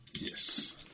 Yes